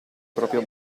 proprio